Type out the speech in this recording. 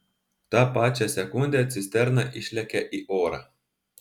tą pačią sekundę cisterna išlekia į orą